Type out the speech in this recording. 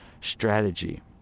strategy